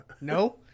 No